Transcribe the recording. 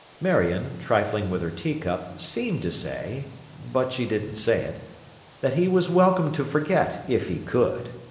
marion, trifling with her teacup, seemed to say but she didn't say it that he was welcome to forget, if he could.